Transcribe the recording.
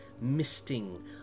misting